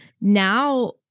now